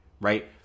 Right